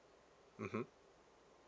mmhmm